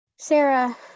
Sarah